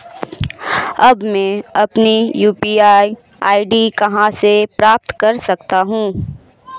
अब मैं अपनी यू.पी.आई आई.डी कहां से प्राप्त कर सकता हूं?